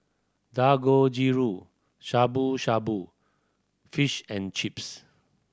Dangojiru Shabu Shabu Fish and Chips